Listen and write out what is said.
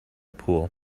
pool